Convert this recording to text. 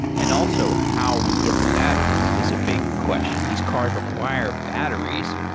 and also, how we get the batteries is a big question. these cars require batteries.